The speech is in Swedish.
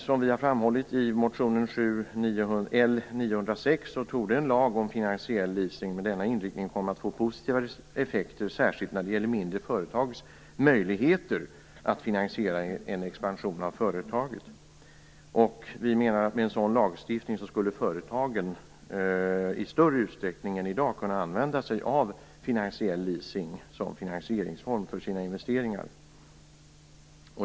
Som vi har framhållit i motion L906 torde en lag om finansiell leasing med denna inriktning komma att få positiva effekter särskilt när det gäller mindre företags möjligheter att finansiera en expansion av företaget. Vi menar att företagen med en sådan lagstiftning i större utsträckning än i dag skulle kunna använda sig av finansiell leasing som finansieringsform för sina investeringar.